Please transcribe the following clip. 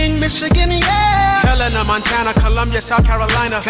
and michigan yeah helena, montana columbia, south carolina,